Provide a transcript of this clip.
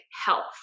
health